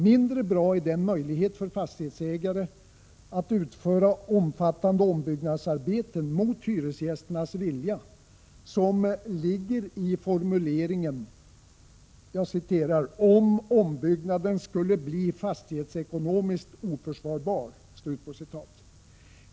Mindre bra är den möjlighet för fastighetsägare att utföra omfattande ombyggnadsarbeten mot hyresgästernas vilja som ligger i formuleringen ”om ombyggnaden skulle bli fastighetsekonomiskt oförsvarbar”.